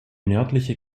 nördliche